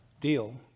deal